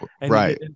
Right